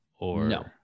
No